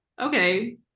okay